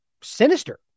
sinister